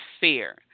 fear